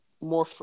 more